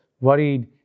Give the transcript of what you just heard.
worried